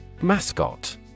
Mascot